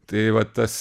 tai vat tas